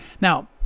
Now